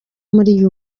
muri